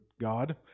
God